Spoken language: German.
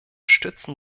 stützen